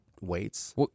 Weights